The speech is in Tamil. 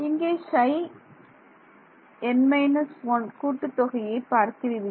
இங்கே Ψn−1 கூட்டுத் தொகையை பார்க்கிறீர்கள்